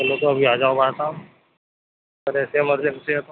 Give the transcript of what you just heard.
چلو تو ابھی آ جاؤ بھائی صاحب اگر ایسی ایمرجنسی ہے تو